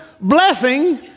blessing